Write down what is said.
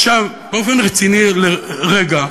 עכשיו, באופן רציני רגע,